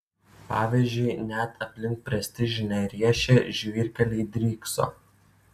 pavyzdžiui net aplink prestižinę riešę žvyrkeliai drykso